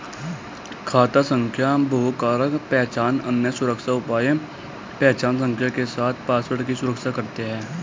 खाता संख्या बहुकारक पहचान, अन्य सुरक्षा उपाय पहचान संख्या के साथ पासवर्ड की सुरक्षा करते हैं